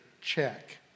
check